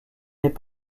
n’est